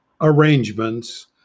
arrangements